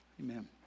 Amen